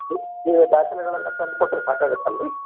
ಈ ಈ ದಾಖಲೆಗಳೆಲ್ಲ ತಂದು ಕೊಟ್ಟರೆ ಸಾಕಾಗತ್ತಲ್ಲ ರೀ